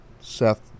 Seth